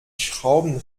schrauben